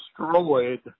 destroyed